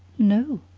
no,